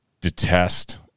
detest